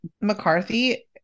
McCarthy